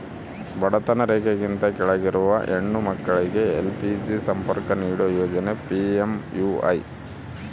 ಬಡತನ ರೇಖೆಗಿಂತ ಕೆಳಗಿರುವ ಹೆಣ್ಣು ಮಕ್ಳಿಗೆ ಎಲ್.ಪಿ.ಜಿ ಸಂಪರ್ಕ ನೀಡೋ ಯೋಜನೆ ಪಿ.ಎಂ.ಯು.ವೈ